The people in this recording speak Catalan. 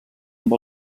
amb